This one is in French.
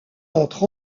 entre